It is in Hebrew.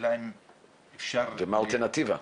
מה האלטרנטיבה?